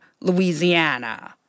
Louisiana